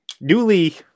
Newly